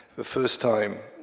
the first time,